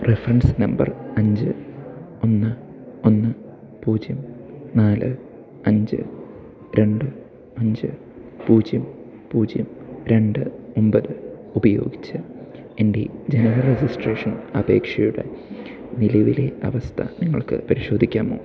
reference number അഞ്ച് ഒന്ന് ഒന്ന് പൂജ്യം നാല് അഞ്ച് രണ്ട് അഞ്ച് പൂജ്യം പൂജ്യം രണ്ട് ഒമ്പത് ഉപയോഗിച്ച് എൻ്റെ ജനന രജിസ്ട്രേഷൻ അപേക്ഷയുടെ നിലവിലെ അവസ്ഥ നിങ്ങൾക്ക് പരിശോധിക്കാമോ